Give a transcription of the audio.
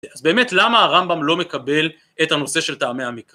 אז באמת למה הרמב״ם לא מקבל את הנושא של טעמי המקרא?